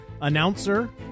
announcer